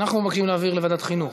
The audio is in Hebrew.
אנחנו מבקשים להעביר לוועדת חינוך.